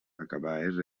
acabades